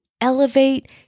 elevate